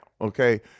Okay